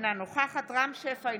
אינה נוכחת רם שפע,